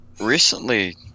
Recently